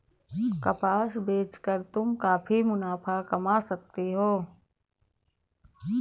कपास बेच कर तुम काफी मुनाफा कमा सकती हो